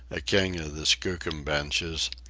a king of the skookum benches.